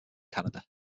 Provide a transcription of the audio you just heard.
canada